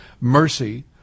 mercy